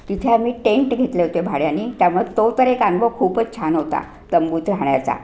तिथे आम्ही टेंट घेतले होते भाड्याने त्यामुळे तो तर एक अनुभव खूपच छान होता तंबूत राहाण्याचा